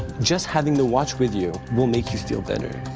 just having the watch with you will make you feel better.